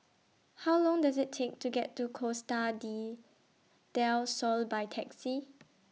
How Long Does IT Take to get to Costa D Del Sol By Taxi